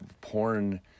porn